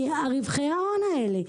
מרווחי ההון האלה.